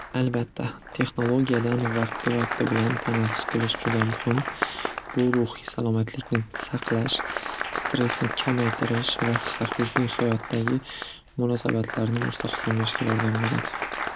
Albatta texnologiyadan vaqti vaqti bilan tanaffus qilish juda muhim. Bu ruhiy salomatlikni s- saqlash, stressni kamaytirish va haqiqiy hayotdagi munosabatlarni mustahkamlashga yordam beradi.